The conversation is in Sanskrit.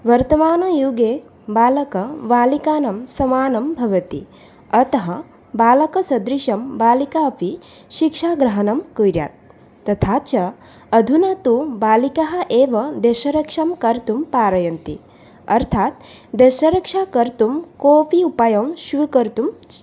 वर्तमानयुगे बालकबालिकानां समानं भवति अतः बालकसदृशं बालिका अपि शिक्षाग्रहणं कुर्यात् तथा च अधुना तु बालिकाः एव देशरक्षां कर्तुं पारयन्ति अर्थात् देशरक्षां कर्तुं कोऽपि उपायं स्वीकर्तुं